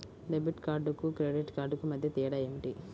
Debit కార్డుకు credit కార్డుకు మధ్య తేడా ఏమిటీ?